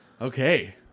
Okay